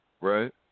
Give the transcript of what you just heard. Right